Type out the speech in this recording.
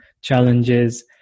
challenges